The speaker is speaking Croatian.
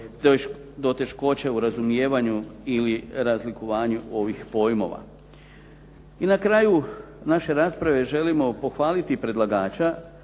do teškoće i razumijevanju ili razlikovanju ovih pojmova. I na kraju naše rasprave želimo pohvaliti predlagača